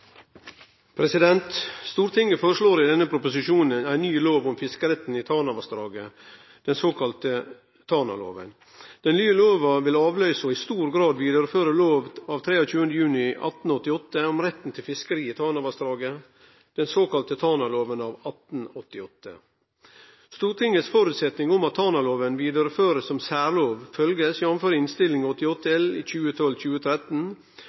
11. Stortinget foreslår i denne proposisjonen ein ny lov om fiskeretten i Tanavassdraget, den såkalla Tanaloven. Den nye loven vil avløyse og i stor grad vidareføre lov av 23. juni 1888 om Retten til Fiskeri i Tanavasdraget, den såkalla Tanaloven av 1888. Stortingets føresetnad om at Tanaloven vidareførast som særlov, blir følgt, jamfør Innst. 88 L for 2012–2013 om forvalting av grunn og naturressursar i